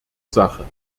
sache